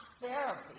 therapy